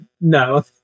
no